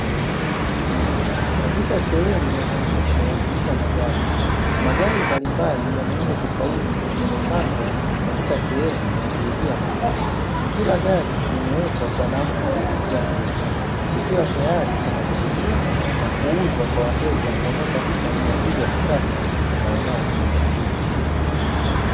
Katika sehemu ya maonyesho ya kuuza magari, magari mbalimbali ya muundo tofauti yamepangwa katika sehemu ya kuuzia magari. Kila gari limewekwa kwa namna ya kumvutia mteja likiwa tayari kwa majaribio na kuuzwa kwa wateja wanaotafuta usafiri wa kisasa na unaoaminika.